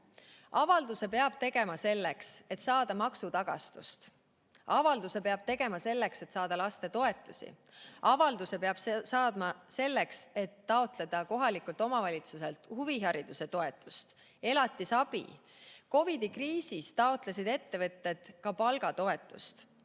Avalduse peab tegema selleks, et saada maksutagastust. Avalduse peab tegema selleks, et saada lastetoetusi. Avalduse peab saatma selleks, et taotleda kohalikult omavalitsuselt huvihariduse toetust või elatisabi. COVID-i kriisis taotlesid ettevõtted ka palgatoetust.